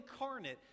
incarnate